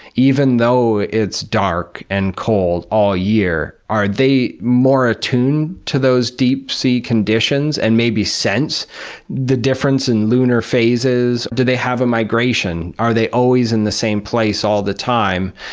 even though it's dark and cold all year, are they more attuned to those deep-sea conditions and maybe sense the difference in lunar phases? do they have a migration? are they always in the same place all the time?